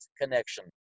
connection